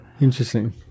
Interesting